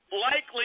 likely